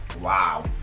Wow